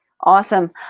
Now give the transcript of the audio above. Awesome